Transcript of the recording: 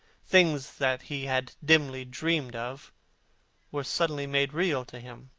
things that he had dimly dreamed of were suddenly made real to him.